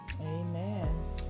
Amen